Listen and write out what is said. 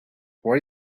where